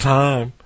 time